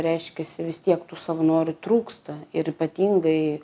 reiškiasi vis tiek tų savanorių trūksta ir ypatingai